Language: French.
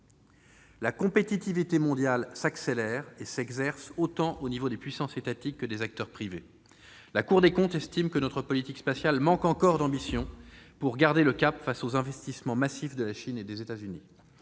La compétition mondiale s'accélère, s'exerçant au niveau tant des puissances étatiques que des acteurs privés. La Cour des comptes estime que notre politique spatiale manque encore d'ambition pour garder le cap face aux investissements massifs de la Chine et des États-Unis.